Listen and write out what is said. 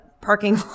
parking